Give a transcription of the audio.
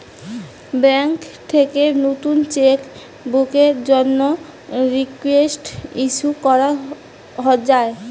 bank থেকে নতুন cheque বুকের জন্যে রিকোয়েস্ট ইস্যু করা যায়